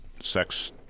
sex